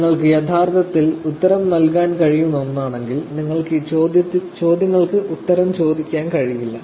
നിങ്ങൾക്ക് യഥാർത്ഥത്തിൽ ഉത്തരം നൽകാൻ കഴിയുന്ന ഒന്നാണെങ്കിൽ നിങ്ങൾക്ക് ഈ ചോദ്യങ്ങൾക്ക് ഉത്തരം ചോദിക്കാൻ കഴിയില്ല